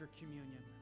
communion